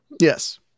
Yes